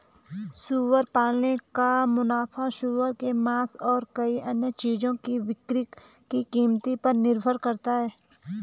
सुअर पालन का मुनाफा सूअर के मांस और कई अन्य चीजों की बिक्री की कीमत पर निर्भर करता है